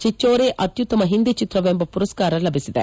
ಚಿಚ್ಲೋರೆ ಅತ್ಸುತ್ತಮ ಹಿಂದಿ ಚಿತ್ರವೆಂಬ ಪುರಸ್ತಾರ ಲಭಿಸಿದೆ